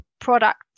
product